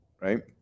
right